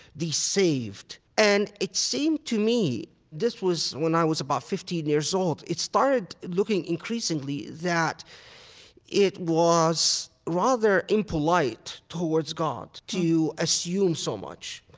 the saved'? and it seemed to me this was when i was about fifteen years old it started looking increasingly that it was rather impolite towards god to assume so much.